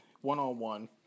one-on-one